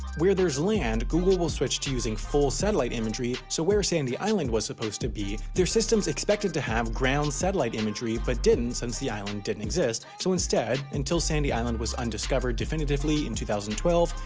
where there's land google will switch to using full satellite imagery so where sandy island was supposed to be their systems expected to have ground satellite imagery but didn't since the island didn't exist so instead, until sandy island was undiscovered definitively in two thousand and twelve,